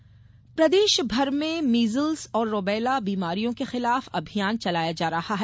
टीकाकरण प्रदेश भर में मीजल्स और रुबैला बीमारियों के खिलाफ अभियान चलाया जा रहा है